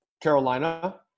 Carolina